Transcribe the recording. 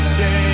day